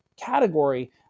category